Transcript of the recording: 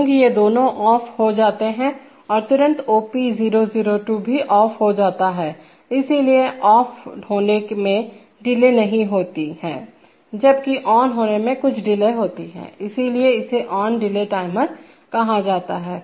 रुंग ये दोनों ऑफ हो जाते हैं और तुरंत OP002 भी ऑफहो जाता है इसलिए ऑफ होने में डिले नहीं होती है जबकि ON होने में कुछ डिले होती है इसीलिए इसे ON डिले टाइमर कहा जाता है